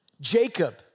Jacob